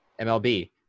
MLB